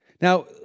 Now